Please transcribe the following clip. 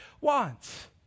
wants